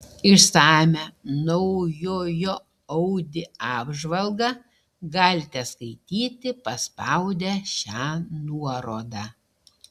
išsamią naujojo audi apžvalgą galite skaityti paspaudę šią nuorodą